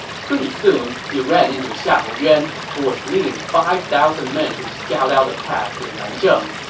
pretty soon, he ran into xiahou yuan, who was leading five thousand men to scout out the path to nanzheng.